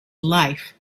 life